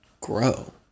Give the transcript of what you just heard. grow